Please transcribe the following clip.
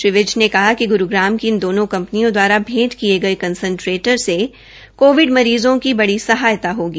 श्री विज ने कहा कि ग्रुग्राम की इन दोनों कंपनियों दवारा भेंट किये कंसंट्रेटर से कोरोना मरीजों की बड़ी सहायता होगी